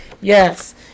Yes